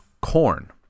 corn